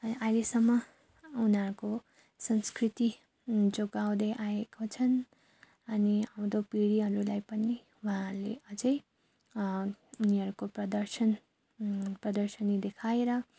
है अहिलेसम्म उनीहरूको संस्कृति जोगाउँदै आएका छन् अनि आउँदो पिँढीहरूलाई पनि उहाँहरूले अझ उनीहरूको प्रदर्शन प्रदर्शनी देखाएर